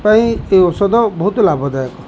ପାଇଁ ଏହି ଔଷଧ ବହୁତ ଲାଭଦାୟକ